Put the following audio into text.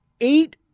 Eight